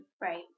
Right